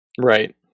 Right